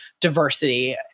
diversity